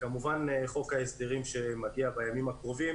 וכמובן חוק ההסדרים שמגיע בימים הקרובים